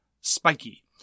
spiky